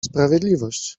sprawiedliwość